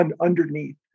Underneath